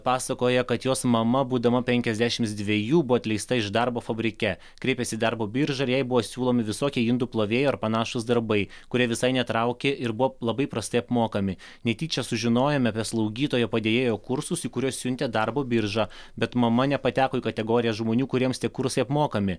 pasakoja kad jos mama būdama penkiasdešimt dvejų buvo atleista iš darbo fabrike kreipėsi į darbo biržą ir jai buvo siūlomi visokie indų plovėjo ar panašūs darbai kurie visai netraukė ir buvo labai prastai apmokami netyčia sužinojome apie slaugytojo padėjėjo kursus į kuriuos siuntė darbo birža bet mama nepateko į kategoriją žmonių kuriems tie kursai apmokami